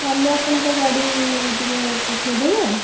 କାଲି ଆପଣଙ୍କ ଗାଡି ଟିକିଏ ପଠାଇଦେବେ